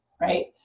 right